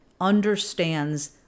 understands